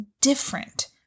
different